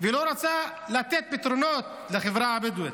והיא לא רוצה לתת פתרונות לחברה הבדואית,